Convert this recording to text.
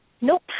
Nope